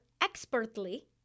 expertly